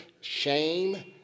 shame